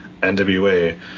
NWA